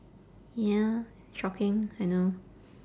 ya shocking I know